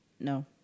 No